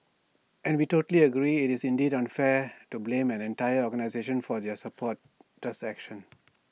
and we totally agree IT is indeed unfair to blame an entire organisation for their supporters actions